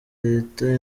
leta